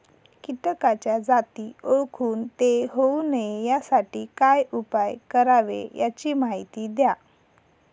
किटकाच्या जाती ओळखून ते होऊ नये यासाठी काय उपाय करावे याची माहिती द्या